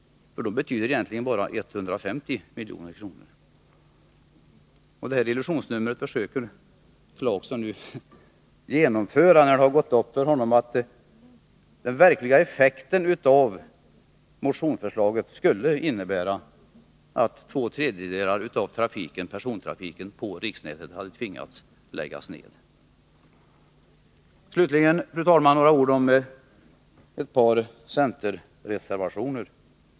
De betyder egentligen bara 150 milj.kr. Detta illusionsnummer försöker Rolf Clarkson nu genomföra, när det har gått upp för honom att den verkliga effekten av motionsförslaget skulle bli att man tvingas lägga ned två tredjedelar av persontrafiken på riksnätet. Slutligen, fru talman, vill jag säga några ord om ett par centerreservationer.